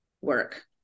work